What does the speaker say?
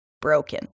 broken